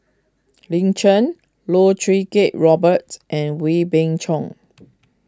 Lin Chen Loh Choo Kiat Robert and Wee Beng Chong